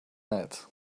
night